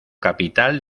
capital